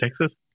Texas